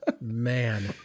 Man